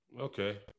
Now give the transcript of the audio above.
Okay